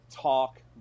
talk